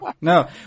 no